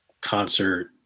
concert